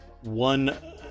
one